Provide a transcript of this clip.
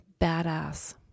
badass